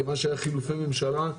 כיוון שהיו חילופי ממשלה,